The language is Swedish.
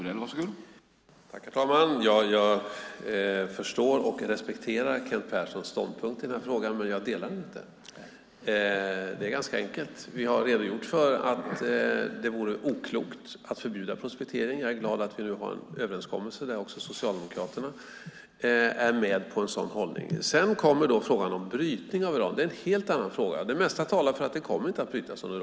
Herr talman! Jag förstår och respekterar Kent Perssons ståndpunkt i denna fråga, men jag delar den inte. Det är ganska enkelt: Vi har redogjort för att det vore oklokt att förbjuda prospektering. Jag är glad att vi nu har en överenskommelse där också Socialdemokraterna är med i denna hållning. Sedan kommer frågan om brytning av uran. Det är en helt annan fråga. Det mesta talar för att det inte kommer att brytas någon uran.